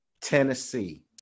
Tennessee